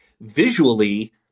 visually